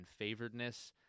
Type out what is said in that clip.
favoredness